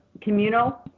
communal